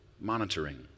monitoring